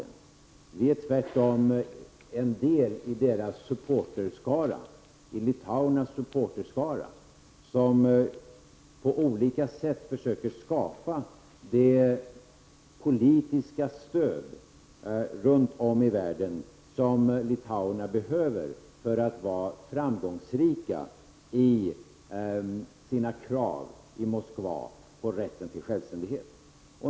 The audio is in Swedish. Vi är tvärtom en del av litauernas supporterskara, som på olika sätt försöker skapa det politiska stöd runt om i världen som litauerna behöver för att bli framgångsrika i sina krav i Moskva på rätten till självständighet.